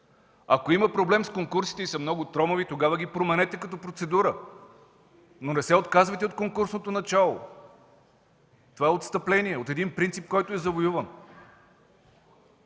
Ако има проблем с конкурсите и са много тромави, тогава ги променете като процедура, но не се отказвайте от конкурсното начало. Това е отстъпление от един принцип, който е завоюван.